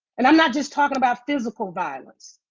and i'm not just talking about physical violence.